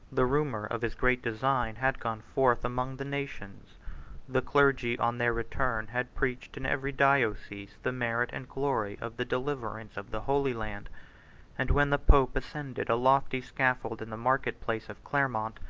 the rumor of his great design had gone forth among the nations the clergy on their return had preached in every diocese the merit and glory of the deliverance of the holy land and when the pope ascended a lofty scaffold in the market-place of clermont,